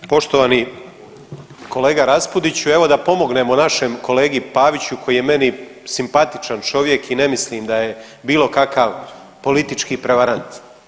Poštovani kolega Raspudiću, evo da pomognemo našem kolegi Paviću koji je meni simpatičan čovjek i ne mislim da je bilo kakav politički prevarant.